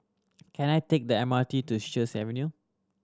can I take the M R T to Sheares Avenue